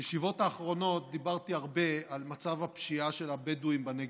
בישיבות האחרונות דיברתי הרבה על מצב הפשיעה של הבדואים בנגב.